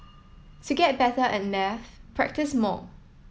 to get better at maths practise more